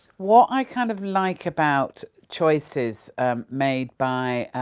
what i, kind of, like about choices made by